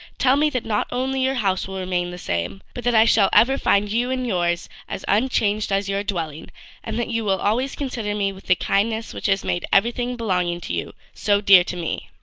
tell me that not only your house will remain the same, but that i shall ever find you and yours as unchanged as your dwelling and that you will always consider me with the kindness which has made everything belonging to you so dear to me.